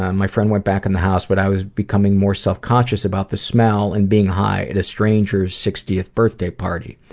my friend went back in the house, but i was becoming more self-conscious about the smell and being high at a stranger's sixtieth birthday party.